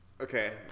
Okay